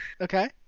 Okay